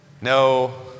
No